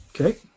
Okay